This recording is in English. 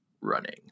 running